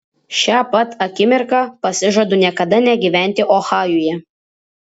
šią pat akimirką pasižadu niekada negyventi ohajuje